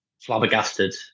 flabbergasted